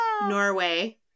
Norway